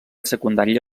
secundària